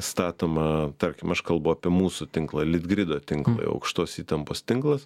statoma tarkim aš kalbu apie mūsų tinklą litgrido tinklą aukštos įtampos tinklas